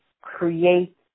create